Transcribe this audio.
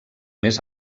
més